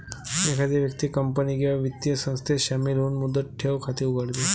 एखादी व्यक्ती कंपनी किंवा वित्तीय संस्थेत शामिल होऊन मुदत ठेव खाते उघडते